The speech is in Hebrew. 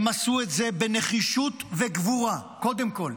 הם עשו את זה בנחישות וגבורה, קודם כול.